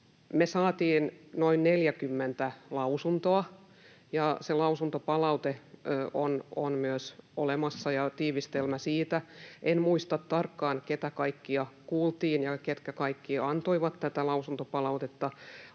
me saimme noin 40 lausuntoa, ja se lausuntopalaute, ja tiivistelmä siitä, on olemassa. En muista tarkkaan, ketä kaikkia kuultiin ja ketkä kaikki antoivat tätä lausuntopalautetta.